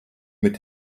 mit